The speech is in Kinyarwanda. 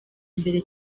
imbere